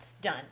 done